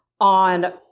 on